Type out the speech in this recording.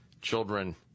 children